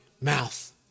mouth